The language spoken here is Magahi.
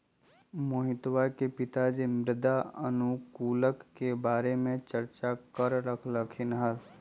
मोहजीतवा के पिताजी मृदा अनुकूलक के बारे में चर्चा कर रहल खिन हल